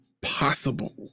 possible